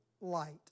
light